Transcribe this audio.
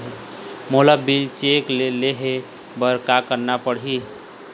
मोला bill check ले हे बर का करना पड़ही ही?